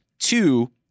Two